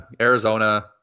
Arizona